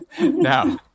Now